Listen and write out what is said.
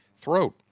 throat